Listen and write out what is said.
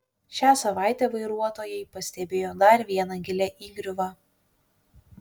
šią savaitę vairuotojai pastebėjo dar vieną gilią įgriuvą